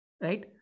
right